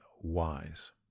wise